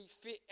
fit